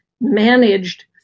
managed